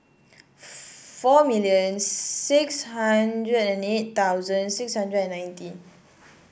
four million six hundred and eight thousand six hundred and ninety